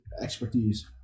expertise